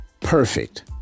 perfect